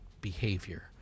behavior